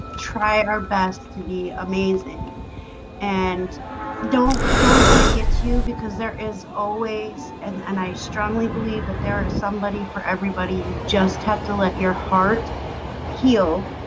try our best to be amazing and don't don't let it get you because there is always and and i strongly believe that there are somebody for everybody you just have to let your heart he'll